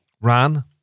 Ran